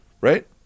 Right